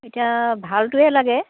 এতিয়া ভালটোৱে লাগে